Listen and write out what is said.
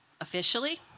Officially